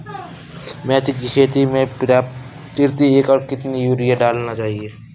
मेथी के खेती में प्रति एकड़ कितनी यूरिया डालना चाहिए?